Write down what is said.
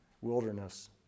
wilderness